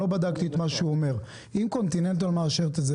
לא בדקתי את מה שהוא אומר את זה,